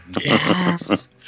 Yes